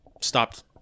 stopped